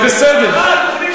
זה בסדר.